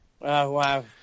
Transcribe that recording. wow